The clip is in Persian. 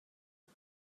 منم